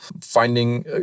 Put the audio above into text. finding